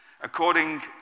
according